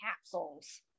capsules